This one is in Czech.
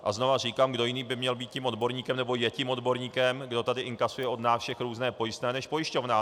A znovu říkám, kdo jiný by měl být tím odborníkem, nebo je tím odborníkem, kdo tady inkasuje od nás všech různé pojistné, než pojišťovna.